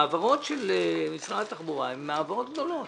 ההעברות של משרד התחבורה הן העברות גדולות.